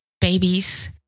babies